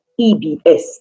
EBS